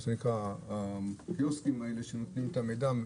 הקיוסקים שנותנים מידע.